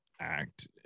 act